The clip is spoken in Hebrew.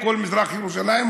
כל מזרח ירושלים,